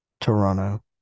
Toronto